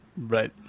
Right